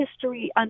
history